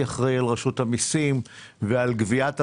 אחראי על רשות המיסים ועל גביית המיסים.